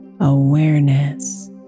awareness